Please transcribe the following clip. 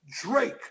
Drake